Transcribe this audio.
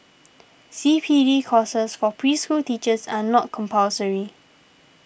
C P D courses for preschool teachers are not compulsory